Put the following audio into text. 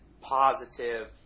positive